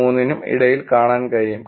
003 നും ഇടയിൽ കാണാൻ കഴിയും